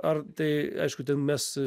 ar tai aišku ten mes